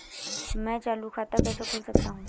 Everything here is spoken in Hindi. मैं चालू खाता कैसे खोल सकता हूँ?